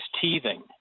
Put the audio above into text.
teething